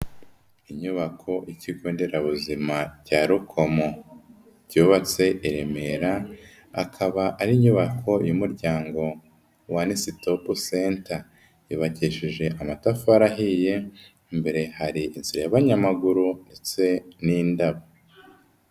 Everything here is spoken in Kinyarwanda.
Inyubako y'ikigo nderabuzima cya rukomo byubatswe i Remera akaba ari inyubako y'umuryango wa one stop center yubakishije amatafari ahiye imbere hari inzira y'abanyamaguru ndetse n'indabo.